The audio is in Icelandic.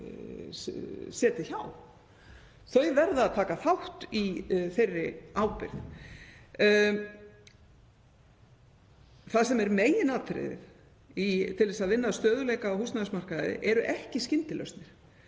Þau verða að taka þátt í þeirri ábyrgð. Það sem er meginatriðið til þess að vinna að stöðugleika á húsnæðismarkaði er ekki skyndilausnir